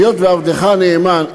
היות שעבדך הנאמן,